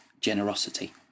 generosity